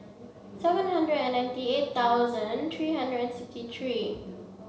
seven hundred and ninety eight thousand three hundred and sixty three